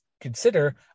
consider